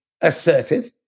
assertive